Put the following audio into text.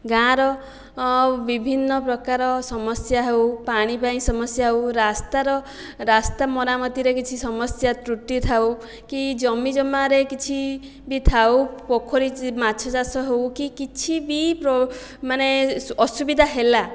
ଗାଁର ବିଭିନ୍ନ ପ୍ରକାର ସମସ୍ୟା ହେଉ ପାଣି ପାଇଁ ସମସ୍ୟା ହେଉ ରାସ୍ତାର ରାସ୍ତା ମରାମତିରେ କିଛି ସମସ୍ୟା ତ୍ରୁଟି ଥାଉ କି ଜମିଜମାରେ କିଛି ବି ଥାଉ ପୋଖରୀ ମାଛ ଚାଷ ହେଉ କି କିଛି ବି ମାନେ ଅସୁବିଧା ହେଲା